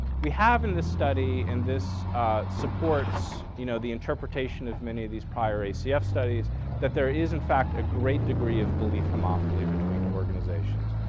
we have in this study and this supports, you know, the interpretation of many of these prior acf studies that there is in fact a great degree of belief homophily between organizations.